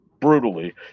brutally